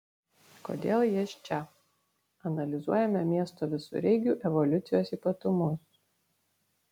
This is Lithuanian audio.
kodėl jis čia analizuojame miesto visureigių evoliucijos ypatumus